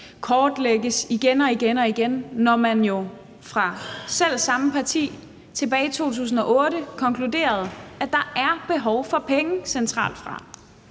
kortlægges igen og igen, når man jo fra selv samme parti tilbage i 2008 konkluderede, at der er behov for penge centralt fra.